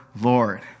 Lord